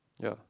yeah